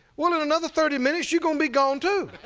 well, and another thirty minutes you're going to be gone too.